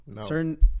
certain